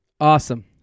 Awesome